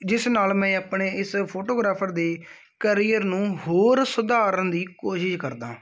ਜਿਸ ਨਾਲ ਮੈਂ ਆਪਣੇ ਇਸ ਫੋਟੋਗ੍ਰਾਫਰ ਦੇ ਕਰੀਅਰ ਨੂੰ ਹੋਰ ਸੁਧਾਰਨ ਦੀ ਕੋਸ਼ਿਸ਼ ਕਰਦਾ